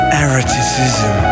eroticism